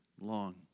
long